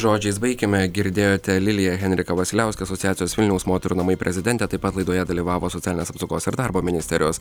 žodžiais baikime girdėjote lilija henrika vasiliauskė asociacijos vilniaus moterų namai prezidentė taip pat laidoje dalyvavo socialinės apsaugos ir darbo ministerijos